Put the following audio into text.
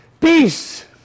Peace